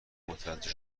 متوجه